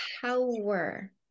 power